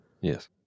Yes